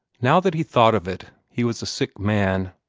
now that he thought of it, he was a sick man.